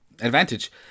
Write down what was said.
advantage